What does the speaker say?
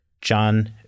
John